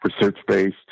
research-based